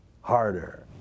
harder